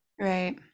Right